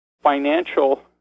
financial